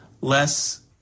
less